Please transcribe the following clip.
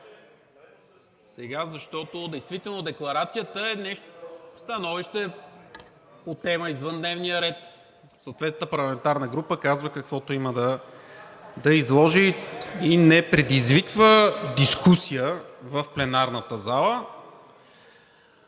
сега, защото действително декларацията е становище по тема извън дневния ред. Съответната парламентарна група казва каквото има да изложи и не предизвиква дискусия в пленарната зала.